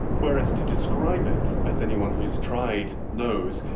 whereas to describe it, as anyone who has tried knows,